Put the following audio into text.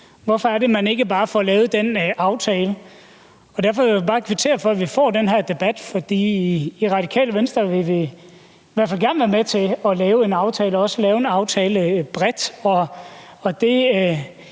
hvorfor er det så, at man ikke bare får lavet den aftale? Så jeg vil bare kvittere for, at vi får den her debat, for i Radikale Venstre vil vi i hvert fald gerne være med til at lave en aftale og også lave en bred aftale, og det